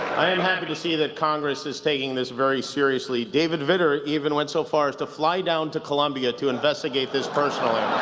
i'm happy to see that congress is taking this very seriously. david vitter even went so far as to fly down to colombia to investigate this personally.